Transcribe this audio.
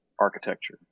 architecture